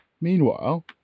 Meanwhile